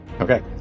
okay